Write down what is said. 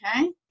okay